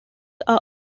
are